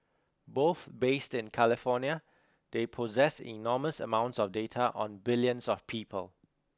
both based in California they possess enormous amounts of data on billions of people